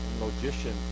logician